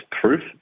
proof